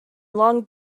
long